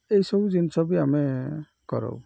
ଏହିସବୁ ଜିନିଷ ବି ଆମେ କରାଉ